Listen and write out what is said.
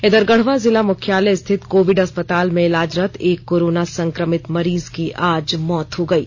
इधर गढ़वा जिला मुख्यालय स्थित कोविड अस्पताल में इलाजरत एक कोरोना संक्रमित मरीज की आज मौत हो गयी